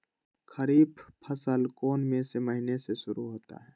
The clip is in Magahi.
खरीफ फसल कौन में से महीने से शुरू होता है?